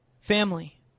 Family